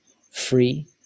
free